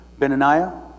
Benaniah